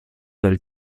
del